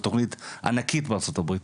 זה תוכנית ענקית בארצות הברית